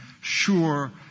sure